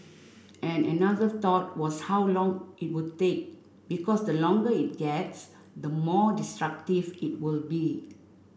and another thought was how long it would take because the longer it gets the more destructive it will be